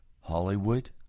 Hollywood